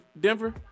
Denver